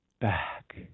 back